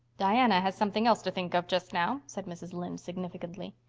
diana has something else to think of just now, said mrs. lynde significantly.